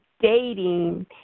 dating